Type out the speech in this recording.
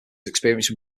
experiencing